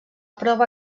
prova